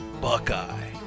buckeye